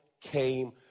came